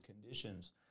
conditions